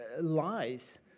lies